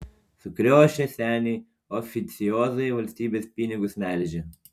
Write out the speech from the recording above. sukriošę seniai oficiozai valstybės pinigus melžia